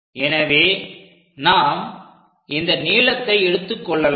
எனவே நாம் இந்த நீளத்தை எடுத்துக் கொள்ளலாம்